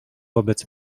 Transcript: wobec